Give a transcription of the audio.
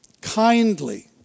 kindly